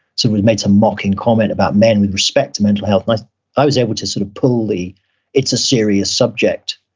somebody made some mocking comment about men with respect to mental health. like i was able to sort of pull the it's a serious subject,